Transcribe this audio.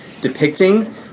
depicting